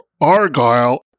Argyle